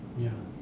ya